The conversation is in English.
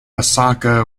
osaka